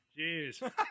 jeez